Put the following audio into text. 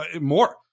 more